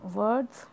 words